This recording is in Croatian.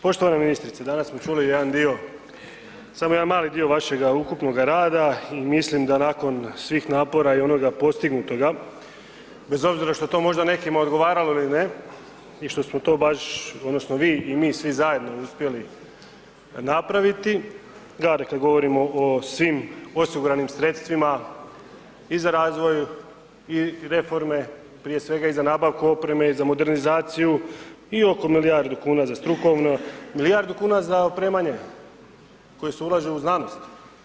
Poštovana ministrice, danas smo čuli jedan dio, samo jedan mali dio vašega ukupnoga rada i mislim da nakon svih napora i onoga postignutoga, bez obzira što to možda nekima odgovaralo ili ne i što smo to baš odnosno vi i mi, svi zajedno uspjeli napraviti, kada govorimo o svim osiguranim sredstvima i za razvoj i reforme, prije svega i za nabavku opreme i za modernizaciju i oko milijardu kuna za strukovnu, milijardu kuna za opremanje koje se ulaže u znanost.